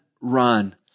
run